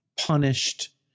punished